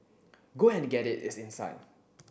go and get it it's inside